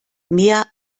mehr